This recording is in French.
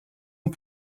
ont